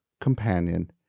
companion